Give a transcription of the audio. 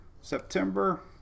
September